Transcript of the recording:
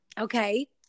Okay